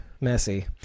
Messy